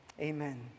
amen